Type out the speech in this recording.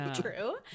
True